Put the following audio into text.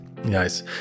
nice